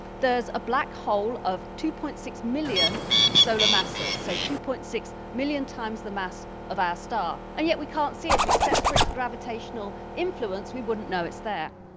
there's a black hole of two point six million solar masses. so two point six million times the mass of our star and yet we can't see it except for its gravitational influence. we wouldn't know it's there.